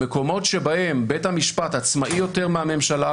במקומות שבהם בית המשפט עצמאי יותר מהממשלה,